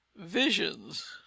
visions